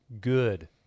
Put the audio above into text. good